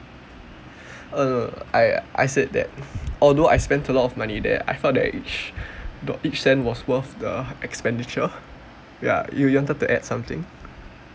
uh I I said that although I spent a lot of money there I felt that each do~ each cent was worth the expenditure ya you you wanted to add something